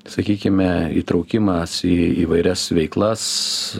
sakykime įtraukimas į įvairias veiklas